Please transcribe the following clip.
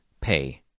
pay